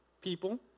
people